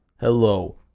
Hello